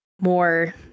more